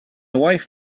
wife